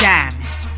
Diamonds